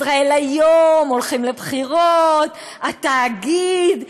"ישראל היום" הולכים לבחירות, התאגיד,